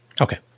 okay